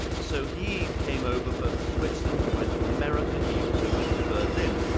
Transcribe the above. so he came over first to switzerland, he went to america, he also went to berlin.